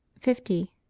fifty.